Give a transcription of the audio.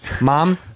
Mom